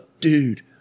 dude